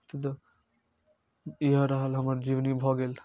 द् इएह रहल हमर जीवनी भऽ गेल